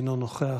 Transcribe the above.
אינו נוכח.